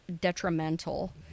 detrimental